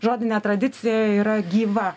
žodinė tradicija yra gyva